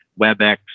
WebEx